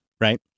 right